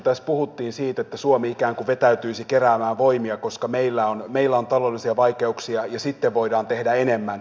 tässä puhuttiin siitä että suomi ikään kuin vetäytyisi keräämään voimia koska meillä on taloudellisia vaikeuksia ja sitten voidaan tehdä enemmän